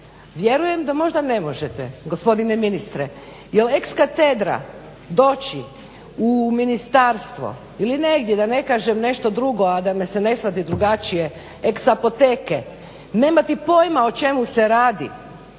Vjerujem da možda ne možete gospodine ministre? Jel ex katedra doći u ministarstvo ili negdje, da ne kažem nešto drugo a da me se ne shvati drugačije, ex apotece, nemati pojma o čemu se radi?